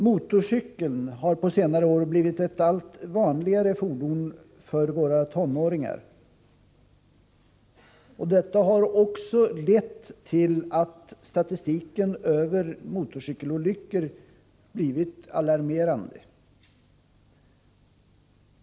Motorcykeln har på senare år blivit ett allt vanligare fordon för våra tonåringar, och detta har lett till att statistiken över motorcykelolyckor har blivit alarmerande.